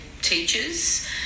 teachers